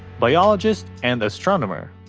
biologist, and astronomer.